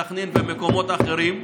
בסח'נין ובמקומות אחרים.